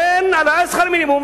תן העלאת שכר המינימום,